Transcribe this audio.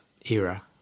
era